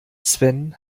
sven